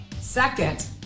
Second